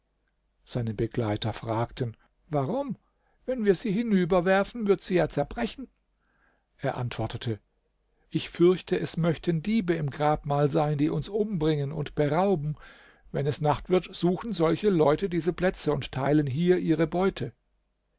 seine begleiter fragten warum wenn wir sie hinüberwerfen wird sie ja zerbrechen er antwortete ich fürchte es möchten diebe im grabmal sein die uns umbringen und berauben wenn es nacht wird suchen solche leute diese plätze und teilen hier ihre beute